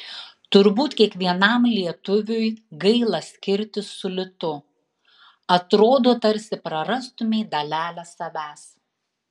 turbūt kiekvienam lietuviui gaila skirtis su litu atrodo tarsi prarastumei dalelę savęs